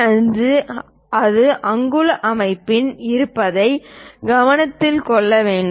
5 அது அங்குல அமைப்பில் இருப்பதைக் கவனத்தில் கொள்ள வேண்டும்